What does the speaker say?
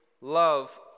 love